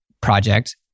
project